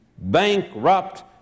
bankrupt